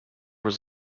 was